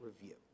review